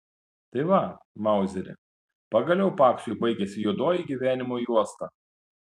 tai va mauzeri pagaliau paksiui baigėsi juodoji gyvenimo juosta